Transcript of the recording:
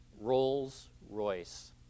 Rolls-Royce